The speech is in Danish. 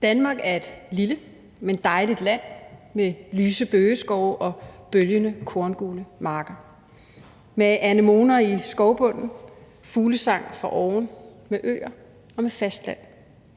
Danmark er et lille, men dejligt land med lyse bøgeskove og bølgende korngule marker, med anemoner i skovbunden, fuglesang fra oven, med øer og med fastland,